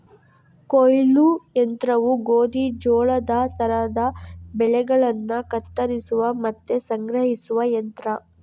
ಕೊಯ್ಲು ಯಂತ್ರವು ಗೋಧಿ, ಜೋಳದ ತರದ ಬೆಳೆಗಳನ್ನ ಕತ್ತರಿಸುವ ಮತ್ತೆ ಸಂಗ್ರಹಿಸುವ ಯಂತ್ರ